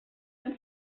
ein